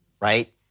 right